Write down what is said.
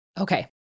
Okay